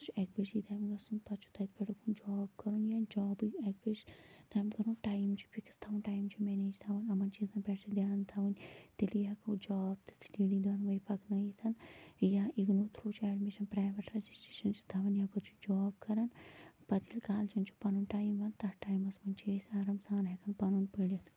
سُہ چھُ اکہِ بجی تام گژھُن پتہٕ چھُ تتہِ پیٹھ اُکُن جاب کرُن یا جابے اکہِ بجہِ تام کرُن ٹایم چھُ فِکٕس تھاوُن ٹایِم چھُ مینیج تھاوُن یِمن چیٖزن پیٹھ چھُ دیان تھاوُن تیلی ہیٚکو جاب تہٕ سِٹیڈی دۄنونی پکنٲوِتھ یا اِگنو تھرو چھُ ایڈمِشن پرایویٹ رٕجسٹریشن چھِ تھاوٕنۍ یپٲرۍ چھُ جاب کران پتہٕ ییٚلہِ کالجین چھُ پنُن ٹایِم یِوان تتھ ٹایِمس منٛز چھِ أسۍ آرام سان ہیکان پنُن پرِتھ